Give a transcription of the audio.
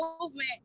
movement